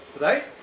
right